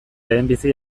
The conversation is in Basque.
lehenbizi